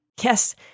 Yes